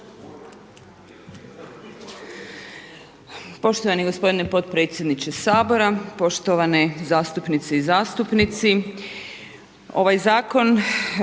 Poštovani gospodine potpredsjedniče Sabora. Poštovani zastupnice i zastupnici. Ovaj zakon,